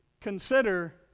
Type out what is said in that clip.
consider